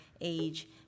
age